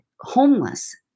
homeless